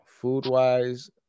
Food-wise